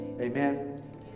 Amen